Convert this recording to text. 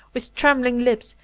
with trembling lips,